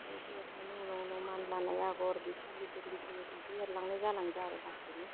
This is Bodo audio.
ओमफ्राय इदि एरनानै उनाव उनाव मान लानाया आगर बिफां गिदिर गिदिर इदि एरलांनाय जालांदो आरो लासैनो